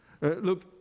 look